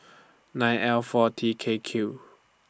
nine L four T K Q